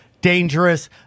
dangerous